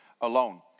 alone